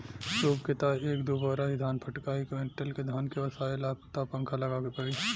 सूप से त एक दू बोरा ही धान फटकाइ कुंयुटल के धान के ओसावे ला त पंखा लगावे के पड़ी